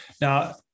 Now